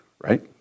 right